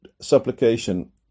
supplication